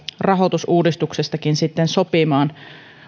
rahoitusuudistuksestakin sitten sopimaan